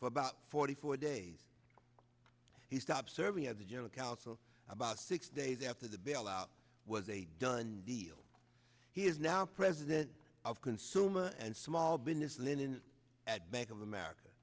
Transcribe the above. for about forty four days he stopped serving as a general counsel about six days after the bailout was a done deal he is now president of consumer and small business linen at bank of america